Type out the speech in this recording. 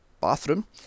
bathroom